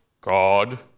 God